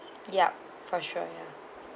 yup for sure ya